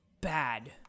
bad